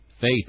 Faith